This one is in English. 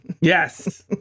Yes